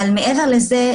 אבל מעבר לזה,